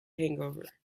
hangover